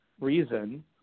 reason